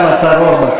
יש גם השר אורבך,